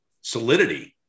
solidity